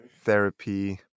therapy